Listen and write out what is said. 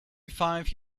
five